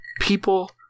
People